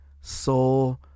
soul